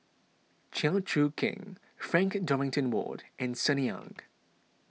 Chew Choo Keng Frank Dorrington Ward and Sunny Ang